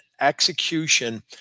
execution